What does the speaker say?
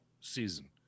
season